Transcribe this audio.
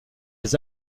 les